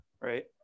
right